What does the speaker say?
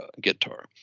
guitar